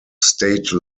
state